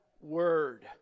word